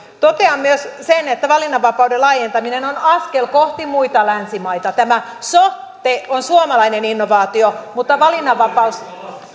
totean myös sen että valinnanvapauden laajentaminen on askel kohti muita länsimaita tämä sote on suomalainen innovaatio mutta valinnanvapaus